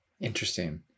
Interesting